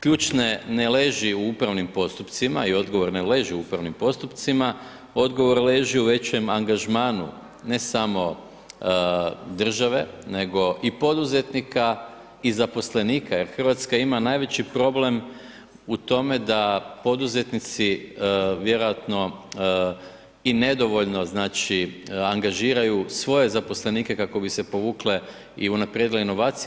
Ključ ne leži u upravnim postupcima i odgovor ne leži u upravnim postupcima, odgovor leži u većem angažmanu ne samo države nego i poduzetnika i zaposlenika jer Hrvatska ima najveći problem u tome da poduzetnici vjerojatno i nedovoljno angažiraju svoje zaposlenike kako bi se povukle i unaprijedile inovacije.